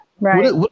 right